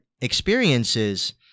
Experiences